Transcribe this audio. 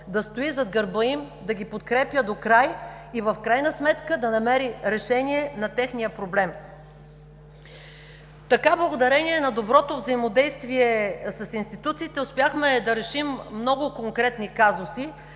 да стои зад гърба им, да ги подкрепя докрай и в крайна сметка да намери решение на техния проблем. Така, благодарение на доброто взаимодействие с институциите, успяхме да решим много конкретни казуси,